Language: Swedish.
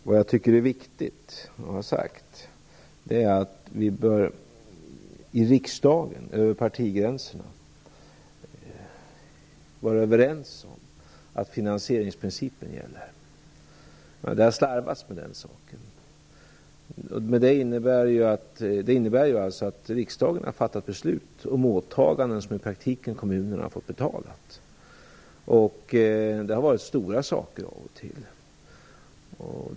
Vad jag tycker är viktigt är att vi i riksdagen över partigränserna kommer överens om att finansieringsprincipen gäller. Det har slarvats med den saken. Det innebär att riksdagen har fattat beslut om åtaganden som kommunerna i praktiken har fått betala. Det har varit stora saker.